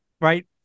right